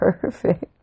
perfect